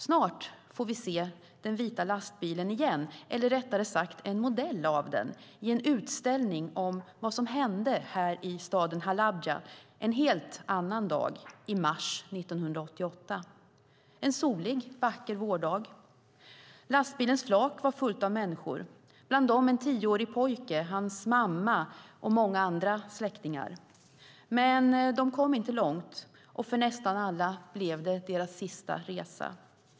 Snart får vi se den vita lastbilen igen, eller rättare sagt en modell av den, i en utställning om vad som hände här i staden Halabja en helt annan dag, i mars 1988, en solig, vacker vårdag. Lastbilens flak var fullt av människor. Bland dem en tioårig pojke, hans mamma och många andra släktingar. Men de kom inte långt, och för nästan alla blev det deras sista resa.